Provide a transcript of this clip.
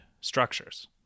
structures